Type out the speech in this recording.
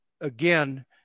again